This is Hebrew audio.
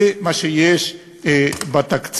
זה מה שיש בתקציב.